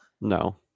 No